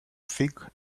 thick